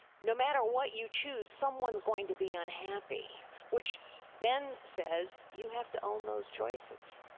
no matter what you choose, someone's going to be unhappy, which then says, you have to own those choices.